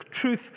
truth